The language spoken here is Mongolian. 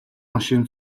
машин